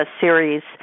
series